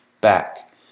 back